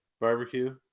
barbecue